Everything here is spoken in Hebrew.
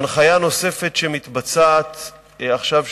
הנחיה נוספת שמתבצעת עכשיו,